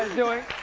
ah doing?